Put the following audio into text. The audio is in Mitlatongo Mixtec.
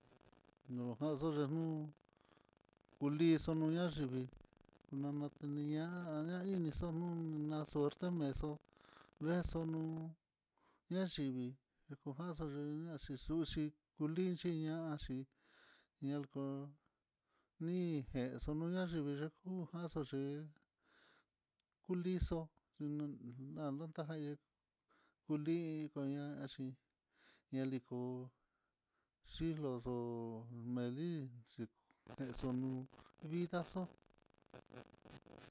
Nonojaxe xhinuu, kulixo no nayivii nonteni ñaña inixon na suerte, nanexo beso nuu ñayivii nakujaxon yenaxhi xhuxi, kulinchí ña'axi nalko ni no nayivii, yekujaxonxi kulixo xhinon nan nutaja ye'e, kulii kuñaxhi ñaliko xhiloxo melinxhi viajxo'o.